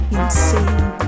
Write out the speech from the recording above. insane